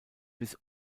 bis